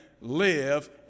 live